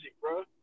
bro